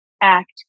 act